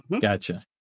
Gotcha